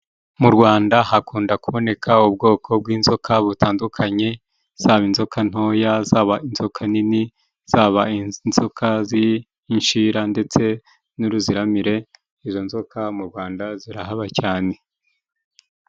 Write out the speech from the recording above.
Mu Rwanda hakunda kuboneka ubwoko bw'inzoka butandukanye, zaba inzoka ntoya, zaba inzoka nini zaba inzoka z'inshira ndetse n'uruziramire, izo nzoka mu Rwanda zirahaba cyane.